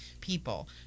people